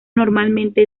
normalmente